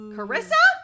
Carissa